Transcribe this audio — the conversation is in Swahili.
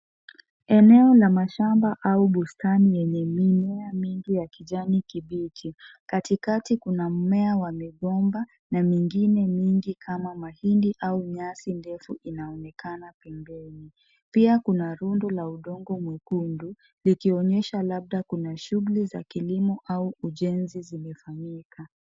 Eneo la mashamba au bustani yenye mimea mingi ya kijani kibichi, kati kati kuna mmea wa migomba, na mingine mingi kama mahindi au nyasi ndefu inaonekana pembeni, pia kuna rundu la udongo mwekundu likionyesha labda, kuna shuguli za kilimo au ujenzi zimefanyika.